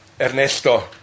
Ernesto